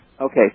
Okay